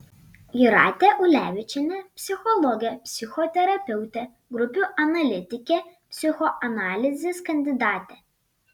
jūratė ulevičienė psichologė psichoterapeutė grupių analitikė psichoanalizės kandidatė